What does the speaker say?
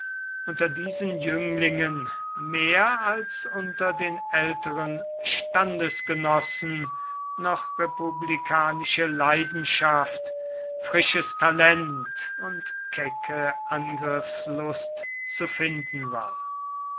unter diesen jünglingen mehr als unter den älteren standesgenossen noch republikanische leidenschaft frisches talent und kecke angriffslust zu finden war